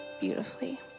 beautifully